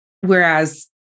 whereas